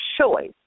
choice